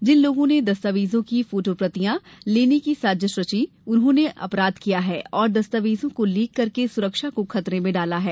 जिन लोगों ने दस्तावेजों की फोटोप्रतियां लेने की साजिश रची उन्होंने अपराध किया है और दस्ताोवेजों को लीक करके सुरक्षा को खतरे में डाला है